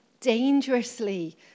dangerously